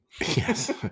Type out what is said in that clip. Yes